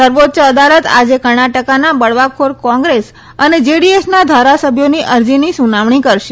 સર્વોચ્ય અદાલત આજે કર્ણાટકાના બળવાખોર કોંગ્રેસ અને જેડીએસના ધારાસભ્યોની અરજીની સુનાવણી કરશે